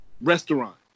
restaurant